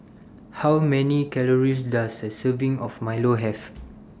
How Many Calories Does A Serving of Milo Have